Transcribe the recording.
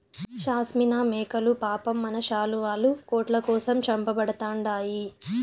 షాస్మినా మేకలు పాపం మన శాలువాలు, కోట్ల కోసం చంపబడతండాయి